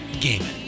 Gaming